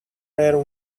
rare